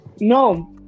No